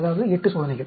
அதாவது 8 சோதனைகள்